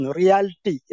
reality